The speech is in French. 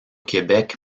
québec